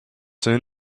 soon